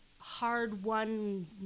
hard-won